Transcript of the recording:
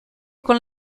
con